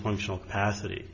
functional capacity